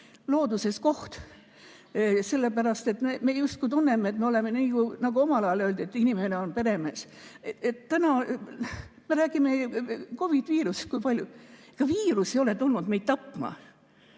looduses koht. Sellepärast et me justkui tunneme, et me oleme, nii nagu omal ajal öeldi, et inimene on peremees. Täna me räägime COVID-i viirusest kui palju. Viirus ei ole tulnud meid tapma,